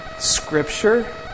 Scripture